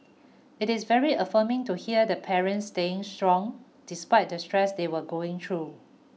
it is very affirming to hear the parents staying strong despite the stress they were going through